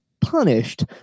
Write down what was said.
punished